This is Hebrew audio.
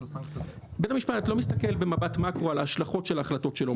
בית המשפט לא מסתכל במבט מקרו על ההשלכות של ההחלטות שלו,